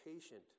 patient